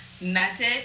method